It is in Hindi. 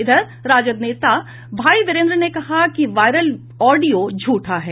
इधर राजद नेता भाई विरेन्द्र ने कहा है कि वायरल ऑडियो झूठा है